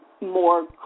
more